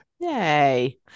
Yay